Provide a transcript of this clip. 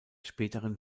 späteren